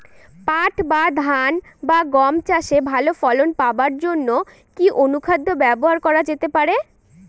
পাট বা ধান বা গম চাষে ভালো ফলন পাবার জন কি অনুখাদ্য ব্যবহার করা যেতে পারে?